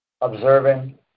observing